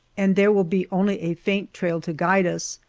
and there will be only a faint trail to guide us,